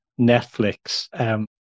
netflix